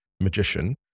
magician